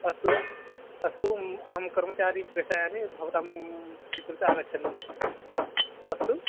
अस्तु अस्तु मम अहं कर्मचारिणं प्रेषयामि भवतां स्वीकृत्य आगच्छन्तु अस्तु